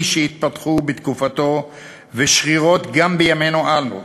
שהתפתחו בתקופתו ושרירות גם בימינו שלנו.